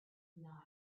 not